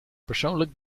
persoonlijk